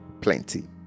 plenty